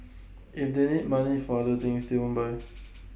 if they need money for other things they won't buy